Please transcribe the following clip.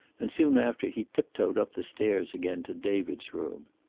and soon after he tiptoed up the stairs again to david's room.